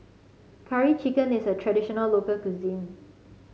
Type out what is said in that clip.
Curry Chicken is a traditional local cuisine